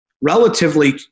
relatively